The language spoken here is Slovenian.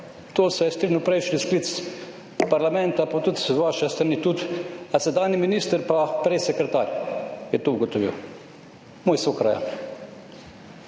tem se je strinjal prejšnji sklic parlamenta, pa tudi z vaše strani sedanji minister pa prej sekretar je to ugotovil, moj sokrajan.